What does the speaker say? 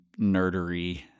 nerdery